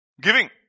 Giving